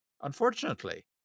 unfortunately